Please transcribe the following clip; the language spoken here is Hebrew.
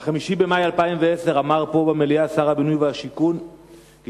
ב-5 במאי 2010 אמר שר הבינוי והשיכון במליאת הכנסת,